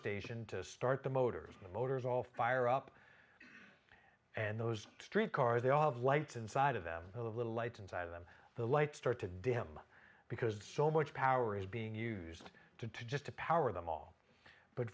station to start the motors the motors all fire up and those street cars they all have lights inside of them the little lights inside of them the lights start to dim because so much power is being used to to just to power them all but